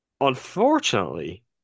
unfortunately